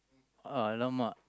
!alamak!